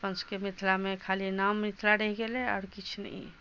अपन सबके मिथिलामे खाली नाम मिथिला रहि गेलै आओर किछु नहि अइ